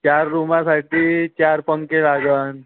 चार रूमासाठी चार पंखे लागेल